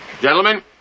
Gentlemen